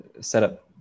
setup